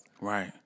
Right